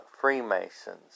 Freemasons